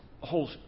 whole